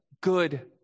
good